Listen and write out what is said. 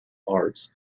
arts